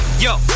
Yo